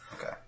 Okay